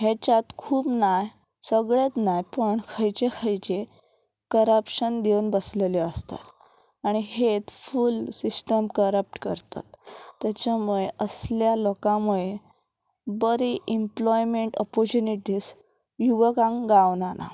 हेच्यात खूब नाय सगळेंत नाय पण खंयचे खंयचे करप्शन दिवन बसलेल्यो आसतात आनी हेत फूल सिस्टम करप्ट करतात तेच्या मुळे असल्या लोकां मुळे बरी इम्प्लॉयमेंट ऑपोर्चुनिटीज युवकांक गावनाना